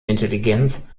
intelligenz